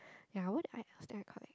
ya which one I ask you is correct